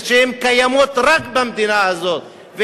שהן קיימות רק במדינה הזאת,